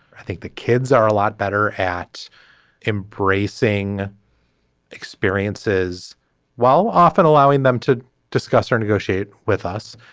i think the kids are a lot better at embracing experiences while often allowing them to discuss or negotiate with us.